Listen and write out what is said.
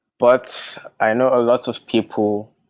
but i know a lot of people,